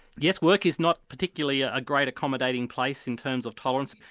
yes work is not particularly a great accommodating place in terms of tolerance.